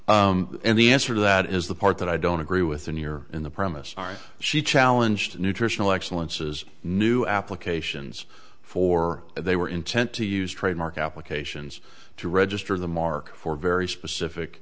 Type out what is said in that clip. sure and the answer to that is the part that i don't agree with the new you're in the premises are she challenged nutritional excellences new applications for they were intent to use trademark applications to register the market for very specific